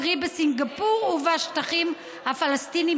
קרי בסינגפור ובשטחים הפלסטינים,